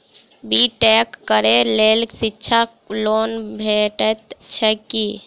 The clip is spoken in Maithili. बी टेक करै लेल शिक्षा लोन भेटय छै की?